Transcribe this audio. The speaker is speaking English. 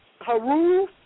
Haru